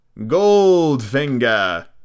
Goldfinger